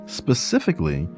specifically